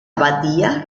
abadía